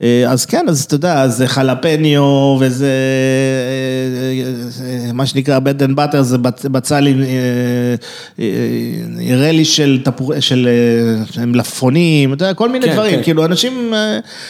אז כן, אז אתה יודע, זה חלפניו, וזה מה שנקרא Bread and Butter זה בצל עם רלי של מלפונים, אתה יודע, כל מיני דברים, כאילו, אנשים...